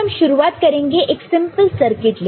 तो हम शुरुआत करेंगे एक सिंपल सर्किट लेकर